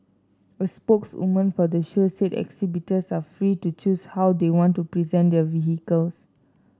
a spokeswoman for the show said exhibitors are free to choose how they want to present their vehicles